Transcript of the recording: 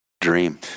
dream